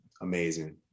Amazing